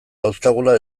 dauzkagula